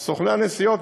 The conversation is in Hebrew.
אז סוכני הנסיעות,